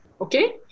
okay